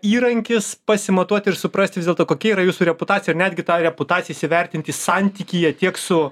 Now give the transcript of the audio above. įrankis pasimatuoti ir suprasti vis dėlto kokia yra jūsų reputacija ir netgi tą reputaciją įsivertinti santykyje tiek su